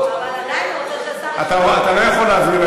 --- זה --- לא, אבל אין שר במליאה.